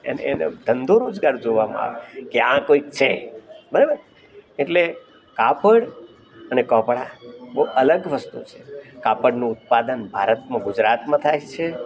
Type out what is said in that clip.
એનો ધંધો રોજગાર જોવામાં આવે કે આ કોઈક છે બરાબર એટલે કાપડ અને કપડા બહુ અલગ વસ્તુ છે કાપડનું ઉત્પાદન ભારતમાં ગુજરાતમાં થાય છે